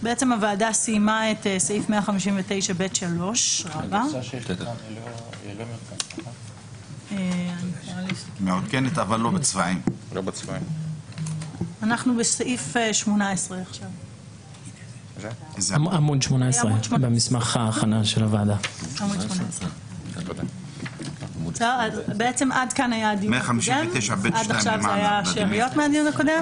הוועדה סיימה את סעיף 159ב3. עד כאן היו שאריות מהדיון הקודם.